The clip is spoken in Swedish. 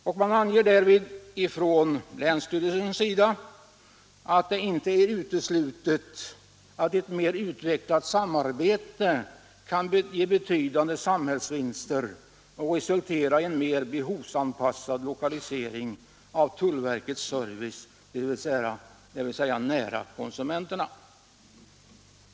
Länsstyrelsen säger i skrivelsen att det inte är uteslutet att ett mer utvecklat samarbete kan ge betydande samhällsvinster och resultera i en mer behovsanpassad lokalisering av tullverkets service, dvs. nära konsumenterna.